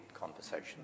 conversation